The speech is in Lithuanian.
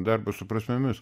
darbas su prasmėmis